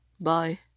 Bye